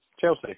Chelsea